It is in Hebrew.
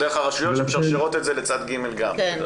או דרך הרשויות שמשרשרות את זה לצד ג' גם.